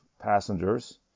passengers